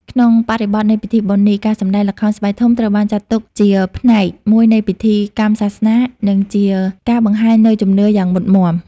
ក្នុងបរិបទនៃពិធីបុណ្យនេះ ការសម្តែងល្ខោនស្បែកធំ ត្រូវបានចាត់ទុកជាផ្នែកមួយនៃពិធីកម្មសាសនា និងជាការបង្ហាញនូវជំនឿយ៉ាងមុតមាំ។